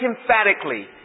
emphatically